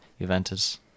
Juventus